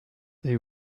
they